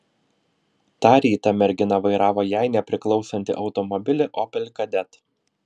tą rytą mergina vairavo jai nepriklausantį automobilį opel kadett